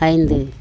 ஐந்து